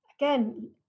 again